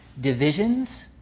divisions